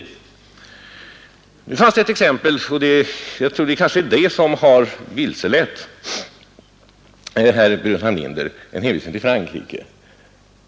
93 Det fanns en hänvisning till Frankrike, och jag tror att det kanske är den som har vilselett herr Burenstam Linder.